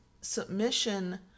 submission